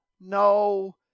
no